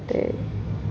ते